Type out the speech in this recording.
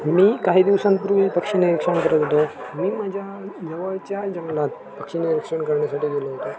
मी काही दिवसांपूर्वी पक्षी निरीक्षण करत होतो मी माझ्या जवळच्या जंगलात पक्षी निरीक्षण करण्यासाठी गेलो होतो